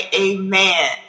amen